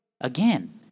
Again